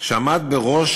שהוא עמד בראש,